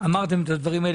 אמרתם את הדברים האלה,